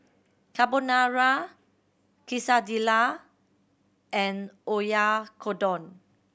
Carbonara Quesadilla and Oyakodon